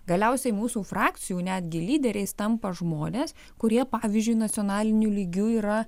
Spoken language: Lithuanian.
galiausiai mūsų frakcijų netgi lyderiais tampa žmonės kurie pavyzdžiui nacionaliniu lygiu yra